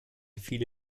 viele